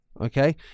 okay